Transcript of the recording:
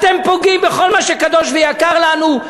אתם פוגעים בכל מה שקדוש ויקר לנו.